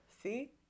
See